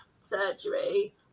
surgery